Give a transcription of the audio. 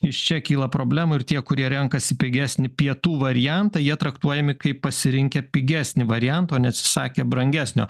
iš čia kyla problemų ir tie kurie renkasi pigesnį pietų variantą jie traktuojami kaip pasirinkę pigesnį variantą o neatsisakę brangesnio